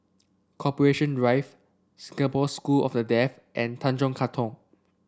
Corporation Drive Singapore School of the Deaf and Tanjong Katong